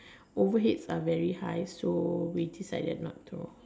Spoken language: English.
overheads are very high so we decided not to